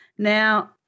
Now